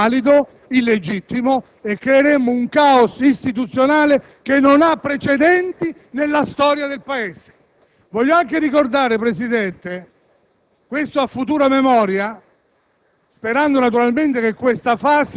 insediamento sarebbe assolutamente invalido e illegittimo e creeremmo un caos istituzionale che non ha precedenti nella storia del Paese. Vogliamo anche ricordare, signor Presidente, a futura memoria